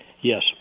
Yes